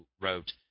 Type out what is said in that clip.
wrote